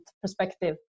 perspective